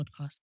podcast